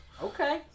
Okay